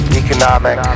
economic